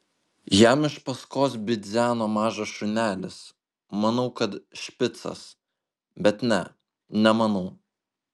jam iš paskos bidzeno mažas šunelis manau kad špicas bet ne nemanau